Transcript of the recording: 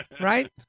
Right